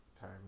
time